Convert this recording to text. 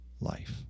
life